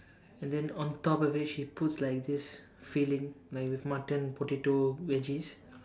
and then on top of it she puts like this filling like with Mutton potato veggies